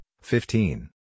fifteen